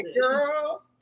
Girl